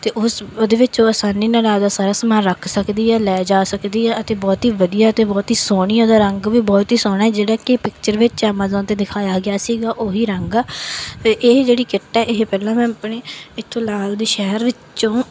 ਅਤੇ ਉਸ ਉਹਦੇ ਵਿੱਚ ਉਹ ਆਸਾਨੀ ਨਾਲ ਆਪਦਾ ਸਾਰਾ ਸਮਾਨ ਰੱਖ ਸਕਦੀ ਹੈ ਲੈ ਜਾ ਸਕਦੀ ਹੈ ਅਤੇ ਬਹੁਤ ਹੀ ਵਧੀਆ ਅਤੇ ਬਹੁਤ ਹੀ ਸੋਹਣੀ ਉਹਦਾ ਦਾ ਰੰਗ ਵੀ ਬਹੁਤ ਹੀ ਸੋਹਣਾ ਹੈ ਜਿਹੜਾ ਕਿ ਪਿਕਚਰ ਵਿੱਚ ਹੈ ਐਮਾਜੋਨ 'ਤੇ ਦਿਖਾਇਆ ਗਿਆ ਸੀਗਾ ਉਹੀ ਰੰਗ ਆ ਅਤੇ ਇਹ ਜਿਹੜੀ ਕਿੱਟ ਹੈ ਇਹ ਪਹਿਲਾਂ ਮੈਂ ਆਪਣੇ ਇੱਥੋਂ ਨਾਲ ਦੇ ਸ਼ਹਿਰ ਵਿੱਚੋਂ